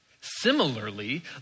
Similarly